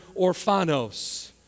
orphanos